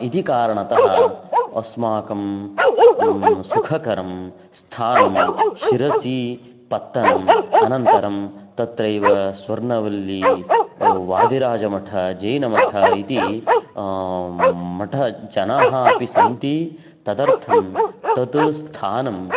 इति कारणतः अस्माकं सुखकरं स्थानं शिरसि पत्तनम् अनन्तरं तत्रैव स्वर्नवल्ली वादिराजमठःः इति मठजनाः अपि सन्ति तदर्थं तत् स्थानम्